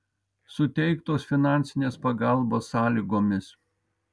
suteiktos finansinės pagalbos sąlygomis